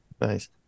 nice